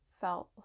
felt